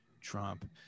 Trump